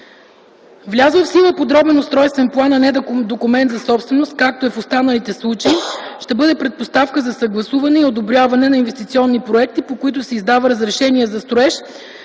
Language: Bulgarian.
Влязъл в сила подробен устройствен план, а не документ за собственост, както е в останалите случаи, ще бъде предпоставка за съгласуване и одобряване на инвестиционните проекти, по които се издава разрешение за строеж